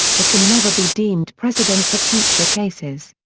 it can never be deemed precedent for future cases.